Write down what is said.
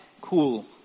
cool